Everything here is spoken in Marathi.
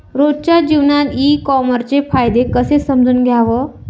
रोजच्या जीवनात ई कामर्सचे फायदे कसे समजून घ्याव?